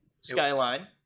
skyline